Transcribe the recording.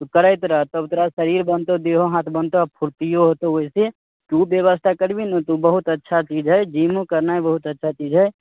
तू करैत रह तब तोरा शरीर बनतौ देहो हाथ बनतौ आ फुर्तिओ अऔतै ओहिसँ तू व्यवस्था करबिही ने बहुत अच्छा चीज हइ जीमो करनाइ बहुत अच्छा चीज हइ